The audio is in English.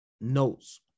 notes